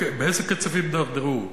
באיזה קצב הידרדרו?